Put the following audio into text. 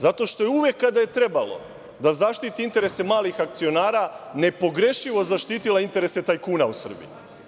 Zato što je uvek kada je trebalo da zaštiti interese malih akcionara, nepogrešivo zaštitila interese tajkuna u Srbiji.